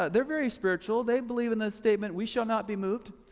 they're very spiritual, they believe in this statement, we shall not be moved.